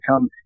come